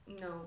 No